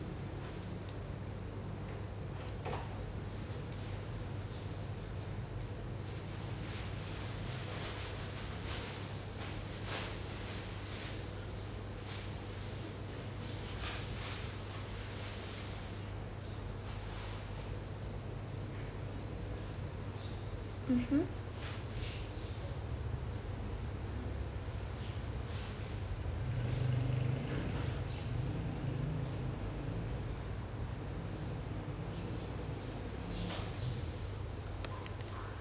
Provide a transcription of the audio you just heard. mm hmm